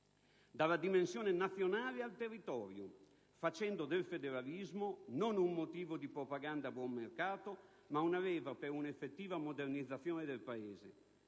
Dalla dimensione nazionale al territorio, facendo del federalismo non un motivo di propaganda a buon mercato, ma una leva per un'effettiva modernizzazione del Paese,